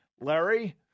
Larry